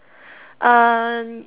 uh